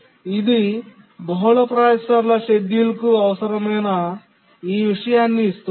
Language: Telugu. ఇది బహుళ ప్రాసెసర్ల షెడ్యూల్కు ఆశ్చర్యకరమైన ఈ విషయాన్ని ఇస్తుంది